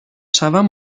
شوم